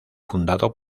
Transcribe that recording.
fundado